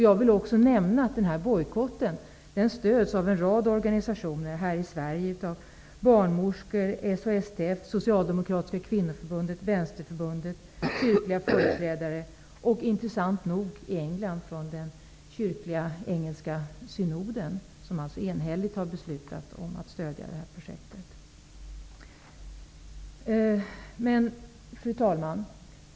Jag vill också nämna att denna bojkott stöds av en rad organisationer och andra här i Sverige -- barnmorskor, SHSTF, Socialdemokratiska kvinnoförbundet, Vänsterförbundet, kyrkliga företrädare, osv. Intressant nog stöds den i England av den kyrkliga engelska synoden, som enhälligt har fattat beslut om att stödja detta projekt. Fru talman!